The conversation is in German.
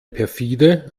perfide